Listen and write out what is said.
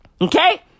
Okay